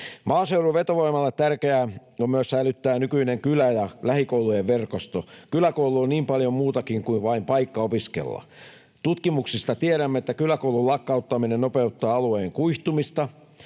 Maaseudun vetovoimalle tärkeää on myös säilyttää nykyinen kylä- ja lähikoulujen verkosto. Kyläkoulu on niin paljon muutakin kuin vain paikka opiskella. Tutkimuksista tiedämme, että kyläkoulun lakkauttaminen nopeuttaa alueen kuihtumista